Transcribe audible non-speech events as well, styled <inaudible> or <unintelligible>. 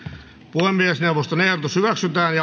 puhemiesneuvoston ehdotus hyväksyttäneen <unintelligible>